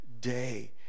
day